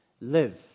live